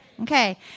Okay